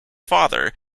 father